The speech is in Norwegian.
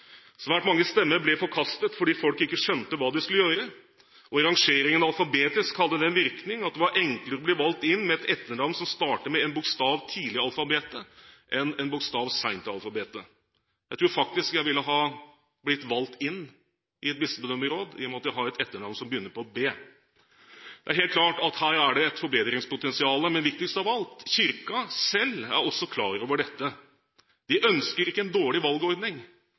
Svært mange stemmer ble forkastet fordi folk ikke skjønte hva de skulle gjøre. Rangeringen alfabetisk hadde den virkning at det var enklere å bli valgt inn med et etternavn som startet med en bokstav tidlig i alfabetet, enn en bokstav sent i alfabetet. Jeg tror faktisk jeg ville ha blitt valgt inn i et bispedømmeråd, i og med at jeg har et etternavn som begynner på B. Det er helt klart at her er det et forbedringspotensial. Men viktigst av alt: Kirken selv er også klar over dette. De ønsker ikke en dårlig valgordning